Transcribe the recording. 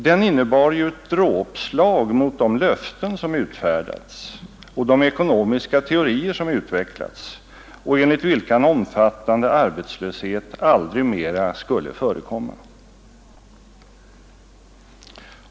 Den innebar ju ett dråpslag mot de löften som utfärdats och de ekonomiska teorier som utvecklats, enligt vilka en omfattande arbetslöshet aldrig mera skulle förekomma.